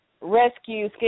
rescue